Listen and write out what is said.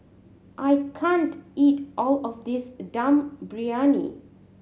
I can't eat all of this Dum Briyani